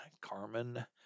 Carmen